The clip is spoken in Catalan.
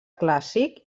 clàssic